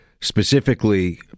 specifically